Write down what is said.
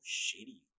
shitty